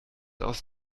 aus